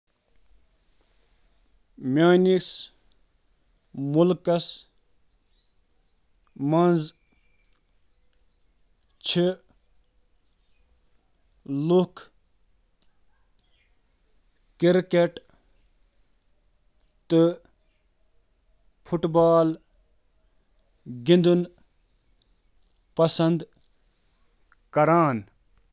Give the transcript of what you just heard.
ہندوستانَس منٛز چھِ کینٛہہ مشہوٗر کھیلَن منٛز شٲمِل: کرکٹ: اکھ پیاری کھیل یُس ہندوستٲنی ثقافتُک حصہٕ چھُ کبڈی، فٹ بال، بیڈمنٹن تہٕ فیلڈ ہاکی: